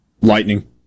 Lightning